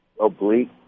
oblique